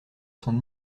son